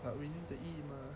but we need to eat mah